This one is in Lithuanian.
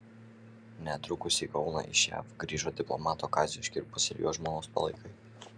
netrukus į kauną iš jav grįžo diplomato kazio škirpos ir jo žmonos palaikai